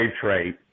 trade